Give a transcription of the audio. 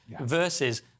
versus